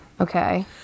Okay